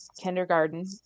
kindergarten